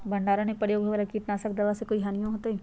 भंडारण में प्रयोग होए वाला किट नाशक दवा से कोई हानियों होतै?